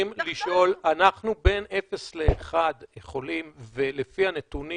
אנחנו בין אפס לאחד יכולים, ולפי הנתונים